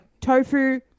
Tofu